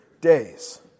days